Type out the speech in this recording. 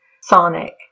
Sonic